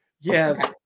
yes